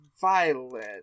Violet